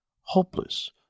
Hopeless